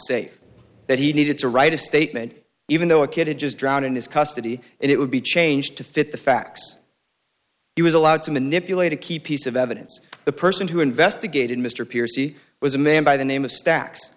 safe that he needed to write a statement even though a kid had just drowned in his custody and it would be changed to fit the facts he was allowed to manipulate a key piece of evidence the person who investigated mr pierce he was a man by the name of stack